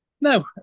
No